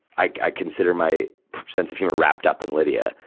i, i consider my sense of humor wrapped up in lydia,